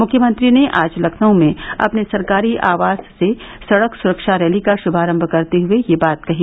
मुख्यमंत्री ने आज लखनऊ में अपने सरकारी आवास से सड़क सुरक्षा रैली का शुभारंभ करते हुए यह बात कही